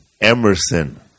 Emerson